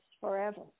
forever